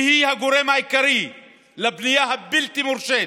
ושהיא הגורם העיקרי לבנייה הבלתי-מורשית,